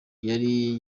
yari